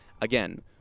again